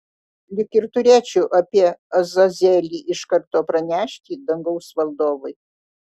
lyg ir turėčiau apie azazelį iš karto pranešti dangaus valdovui